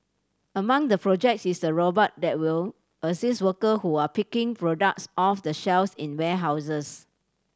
among the projects is a robot that will assist worker who are picking products off the shelves in warehouses